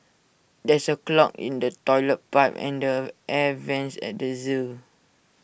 there is A clog in the Toilet Pipe and the air Vents at the Zoo